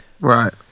right